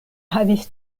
havis